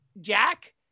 Jack